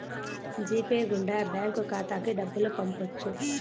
G pay గుండా bank ఖాతాకి డబ్బులు పంపొచ్చు